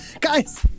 Guys